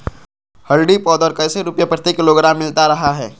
हल्दी पाउडर कैसे रुपए प्रति किलोग्राम मिलता रहा है?